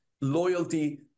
loyalty